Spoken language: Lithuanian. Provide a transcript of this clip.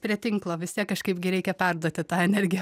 prie tinklo vis tiek kažkaip gi reikia perduoti tą energiją